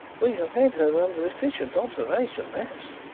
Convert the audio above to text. we have had her under efficient observation, max,